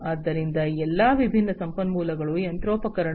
ಆದ್ದರಿಂದ ಈ ಎಲ್ಲಾ ವಿಭಿನ್ನ ಸಂಪನ್ಮೂಲಗಳು ಯಂತ್ರೋಪಕರಣಗಳು